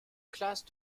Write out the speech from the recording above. classe